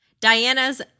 Diana's